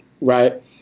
right